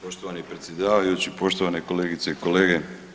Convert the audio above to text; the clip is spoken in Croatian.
Poštovani predsjedavajući, poštovane kolegice i kolege.